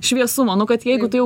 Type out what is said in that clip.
šviesumo nu kad jeigu tu jau